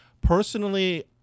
Personally